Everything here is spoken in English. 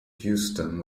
houston